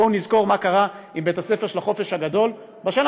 בואו נזכור מה קרה עם בית-הספר של החופש הגדול בשנה